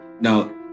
now